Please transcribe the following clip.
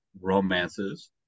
romances